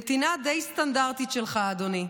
/ נתינה די סטנדרטית / שלך! אדוני,